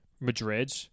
Madrid